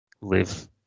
live